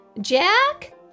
Jack